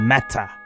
Matter